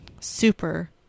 super